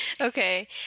Okay